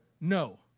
No